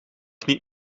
niet